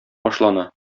башлана